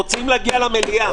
למליאה.